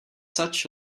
such